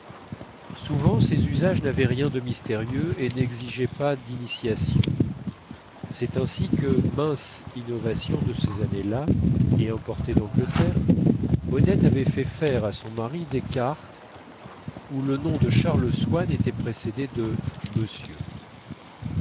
souvent ces usages n'avaient rien de mystérieux et n'exigeaient pas d'initiation c'est ainsi que mince innovation de ces années-là et importée d'angleterre odette avait fait faire à son mari des cartes où le nom de charles swann était précédé de